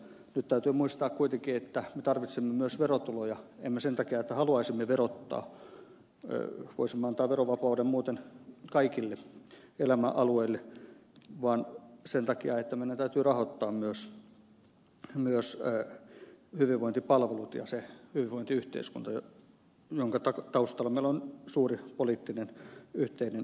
nyt täytyy muistaa kuitenkin että me tarvitsemme myös verotuloja emme sen takia että haluaisimme verottaa voisimme antaa verovapauden muuten kaikille elämänalueille vaan sen takia että meidän täytyy rahoittaa myös hyvinvointipalvelut ja se hyvinvointiyhteiskunta jonka taustalla meillä on suuri poliittinen yhteinen hyväksyntä